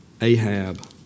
Ahab